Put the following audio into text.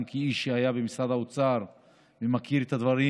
גם כאיש שהיה במשרד האוצר ומכיר את הדברים